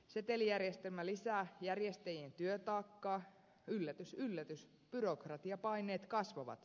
setelijärjestelmä lisää järjestäjien työtaakkaa yllätys yllätys byrokratiapaineet kasvavat